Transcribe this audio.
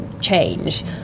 change